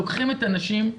לוקחים את הנשים,